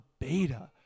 beta